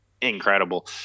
incredible